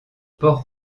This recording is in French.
port